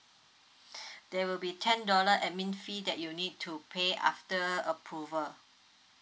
there will be ten dollar admin fee that you need to pay after approval